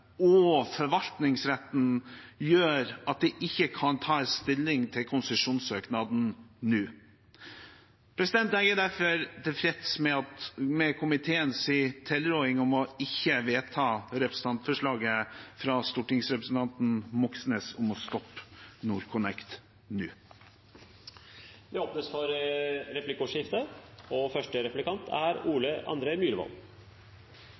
og forvaltningsretten, gjør at det ikke kan tas stilling til konsesjonssøknaden nå. Jeg er derfor tilfreds med komiteens tilråding om ikke å vedta representantforslaget fra stortingsrepresentanten Moxnes om å stoppe NorthConnect nå. Det åpnes for replikkordskifte. Et klart kriterium for konsesjonsbehandlingen av NorthConnect er